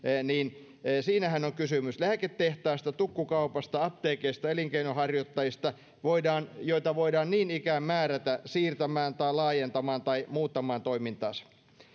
on kysymys lääketehtaista tukkukaupasta apteekeista ja elinkeinonharjoittajista joita voidaan niin ikään määrätä siirtämään tai laajentamaan tai muuttamaan toimintaansa